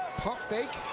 pump fake.